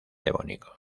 devónico